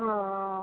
ओ